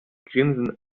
grinsen